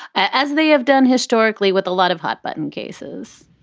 as they have done historically with a lot of hot button cases?